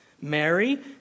Mary